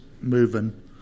moving